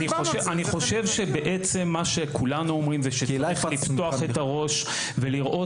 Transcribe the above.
אני חושב שכולנו אומרים שצריך לפתוח את הראש ולראות